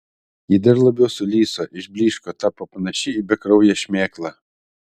ji dar labiau sulyso išblyško tapo panaši į bekrauję šmėklą